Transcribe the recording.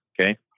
Okay